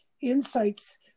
insights